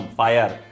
fire